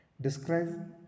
describe